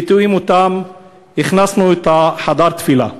ובתיאום אתם הכנסנו את חדר התפילה.